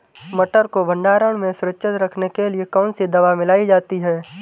मटर को भंडारण में सुरक्षित रखने के लिए कौन सी दवा मिलाई जाती है?